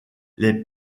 les